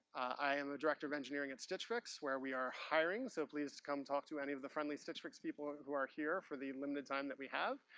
i am a director of engineering at stitch fix, where we are hiring. so, please come talk to any of the friendly stitch fix people who are here, for the limited time that we have.